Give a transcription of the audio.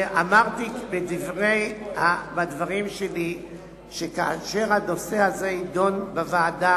ואמרתי בדברים שלי שכאשר הנושא הזה יידון בוועדה